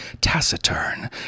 taciturn